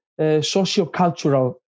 sociocultural